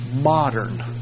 modern